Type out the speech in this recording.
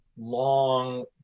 long